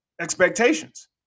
expectations